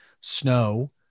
snow